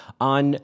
on